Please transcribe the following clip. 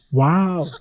wow